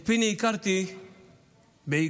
את פיני הכרתי בעקבות